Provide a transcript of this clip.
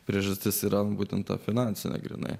priežastis yra būtent finansinę grynai